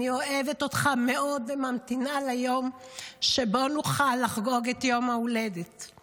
אני אוהבת אותך מאוד וממתינה ליום שבו נוכל לחגוג את יום הולדתך